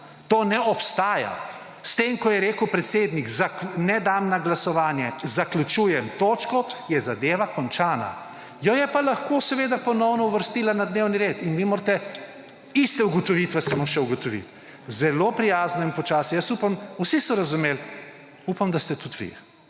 To ne obstaja. S tem ko je rekel predsednik, ne dam na glasovanje, zaključujem točko, je zadeva končana. Jo je pa lahko seveda ponovno uvrstila na dnevni red. In vi morate iste ugotovitve samo še ugotoviti. Zelo prijazno in počasi. Jaz upam, vsi so razumeli, upam, da ste tudi vi.